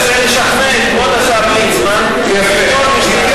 לשכנע את כבוד השר ליצמן, יפה.